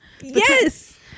Yes